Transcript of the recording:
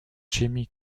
jimmy